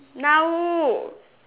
now